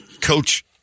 coach